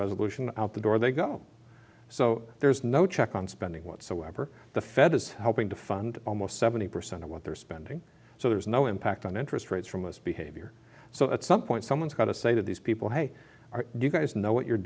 resolution out the door they go so there's no check on spending whatsoever the fed is helping to fund almost seventy percent of what they're spending so there's no impact on interest rates for misbehavior so at some point someone's got to say to these people hey you guys know what you're